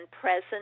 present